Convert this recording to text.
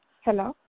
Hello